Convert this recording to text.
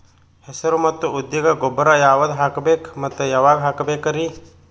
ಹೆಸರು ಮತ್ತು ಉದ್ದಿಗ ಗೊಬ್ಬರ ಯಾವದ ಹಾಕಬೇಕ ಮತ್ತ ಯಾವಾಗ ಹಾಕಬೇಕರಿ?